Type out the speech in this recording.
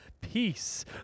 peace